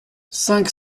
cinq